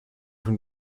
von